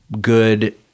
good